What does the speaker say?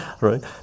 right